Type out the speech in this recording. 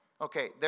Okay